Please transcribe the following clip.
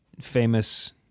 famous